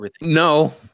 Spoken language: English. No